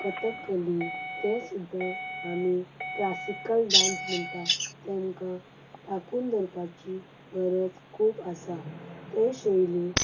कथकली तें सुद्दां आमी क्लासिकल डान्स म्हणटात तांकां राखून दवरपाची गरज खूब आसा ते शैली